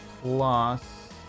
plus